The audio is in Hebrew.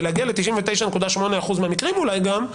ולהגיע ל-99.8% מהמקרים אולי גם,